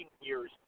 years